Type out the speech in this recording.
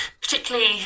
particularly